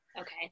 Okay